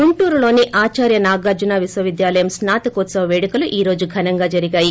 గుంటూరులోని ఆదార్య నాగార్జున విశ్వవిద్యాలయం స్పాతకోత్పవ పేడుకలు ఈ రోజు ఘనంగా జరిగాయి